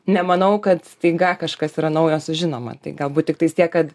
nemanau kad staiga kažkas yra naujo sužinoma tai galbūt tiktais tiek kad